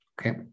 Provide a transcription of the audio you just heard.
Okay